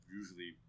usually